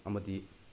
ꯑꯃꯗꯤ